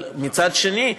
אבל מצד שני,